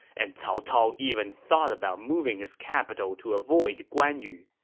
and cao cao even thought about moving his capital to avoid guan yu.